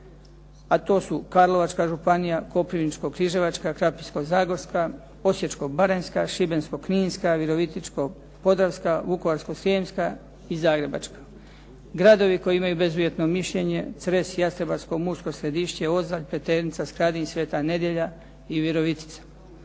a to su Karlovačka županija, Koprivničko-križevačka, Krapinsko-zagorska, Osječko-baranjska, Šibensko-kninska, Virovitičko-podravska, Vukovarsko-srijemska i Zagrebačka. Gradovi koji imaj bezuvjetno mišljenje Cres, Jastrebarsko, Mursko Središće, Ozalj, Pleternica, Skradin, Sv. Nedjelja i Virovitica